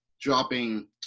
dropping